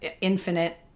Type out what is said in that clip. infinite